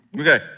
Okay